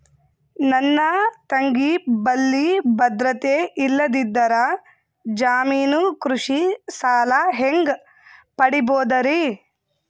ನನ್ನ ತಂಗಿ ಬಲ್ಲಿ ಭದ್ರತೆ ಇಲ್ಲದಿದ್ದರ, ಜಾಮೀನು ಕೃಷಿ ಸಾಲ ಹೆಂಗ ಪಡಿಬೋದರಿ?